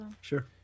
sure